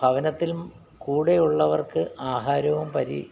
ഭവനത്തിലും കൂടെയുള്ളവർക്ക് ആഹാരവും പരി